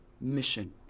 mission